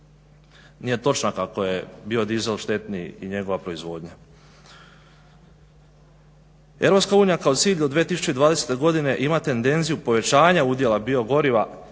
nije točna kako je biodizel štetniji i njegova proizvodnja. Europska unija kao cilj do 2020. godine ima tendenciju povećanja udjela biogoriva